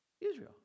Israel